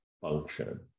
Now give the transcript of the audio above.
function